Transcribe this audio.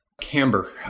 camber